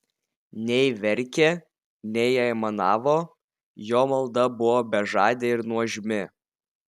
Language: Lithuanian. nei verkė nei aimanavo jo malda buvo bežadė ir nuožmi